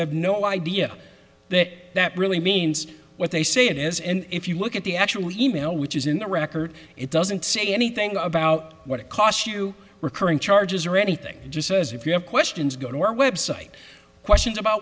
have no idea that that really means what they say it is and if you look at the actual e mail which is in the record it doesn't say anything about what it costs you recurring charges or anything just says if you have questions go to our website questions about